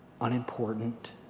unimportant